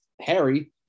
Harry